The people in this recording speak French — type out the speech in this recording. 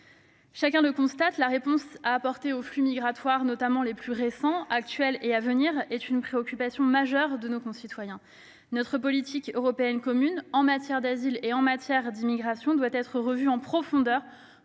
Chacun le constate, la réponse à apporter aux flux migratoires récents, actuels et à venir, est une préoccupation majeure de nos concitoyens. Notre politique européenne commune en matière d'asile et d'immigration doit être revue en profondeur